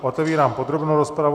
Otevírám podrobnou rozpravu.